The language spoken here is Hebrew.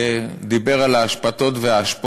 אתמול חבר כנסת ודיבר על האשפתות והאשפות,